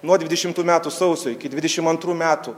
nuo dvidešimtų metų sausio iki dvidešim antrų metų